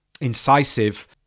incisive